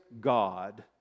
God